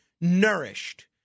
nourished